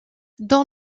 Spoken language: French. dans